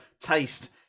taste